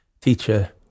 teacher